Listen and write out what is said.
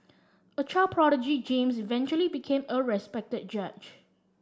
a child prodigy James eventually became a respected judge